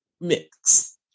mix